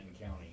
County